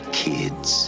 kids